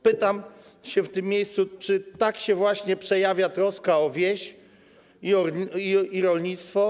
Pytam w tym miejscu: Czy tak się właśnie przejawia troska o wieś i rolnictwo?